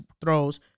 throws